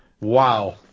Wow